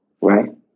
Right